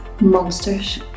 monsters